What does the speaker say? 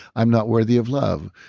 i'm not worthy of love,